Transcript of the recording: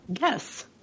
Yes